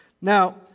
Now